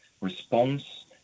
response